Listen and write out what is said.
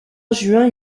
juin